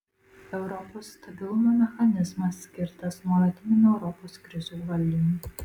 europos stabilumo mechanizmas skirtas nuolatiniam europos krizių valdymui